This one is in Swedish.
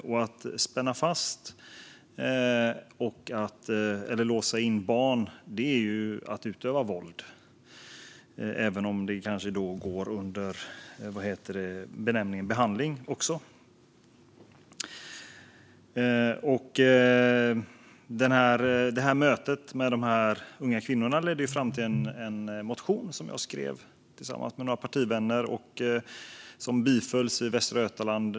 Och att spänna fast eller låsa in barn är att utöva våld, även om det går under benämningen behandling. Mitt möte med dessa unga kvinnor ledde fram till en motion som jag skrev tillsammans med några partivänner och som bifölls i Västra Götaland.